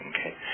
Okay